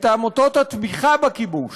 את עמותות התמיכה בכיבוש,